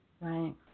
Right